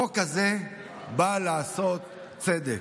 החוק הזה בא לעשות צדק.